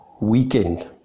weekend